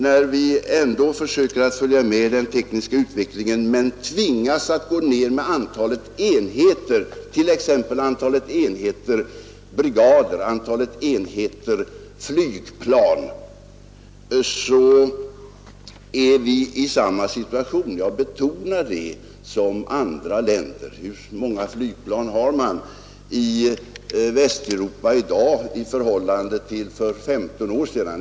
När vi försöker följa med i den tekniska utvecklingen och tvingas gå ned i antalet enheter, t.ex. antalet brigader, antalet flygplan, så är vi i samma situation — jag betonar det — som andra länder. Hur många flygplan har man i Västeuropa i dag jämfört med vad man hade för 15 år sedan?